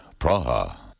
Praha